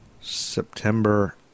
September